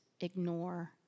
ignore